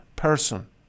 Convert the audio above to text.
Person